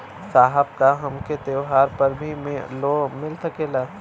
साहब का हमके त्योहार पर भी लों मिल सकेला?